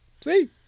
See